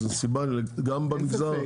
שגם במגזר היהודי זאת סיבה.